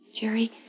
Jerry